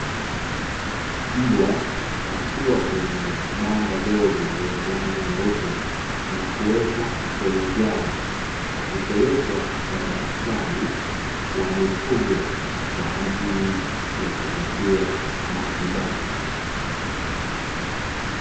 Mbwa akiwa kwenye banda dogo lenye rangi nyeupe, na kuwekwa kwenye gari akipelekwa kwa daktari wa mifugo, kwa ajili ya kupatiwa matibabu.